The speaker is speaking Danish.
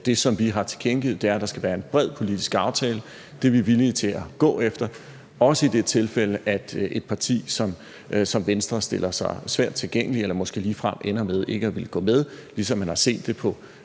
det, som vi har tilkendegivet, er, at der skal være en bred politisk aftale. Det er vi villige til at gå efter, også i det tilfælde at et parti som Venstre stiller sig svært tilgængelig eller måske ligefrem ender med ikke at ville gå med, ligesom vi har set det på